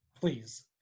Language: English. please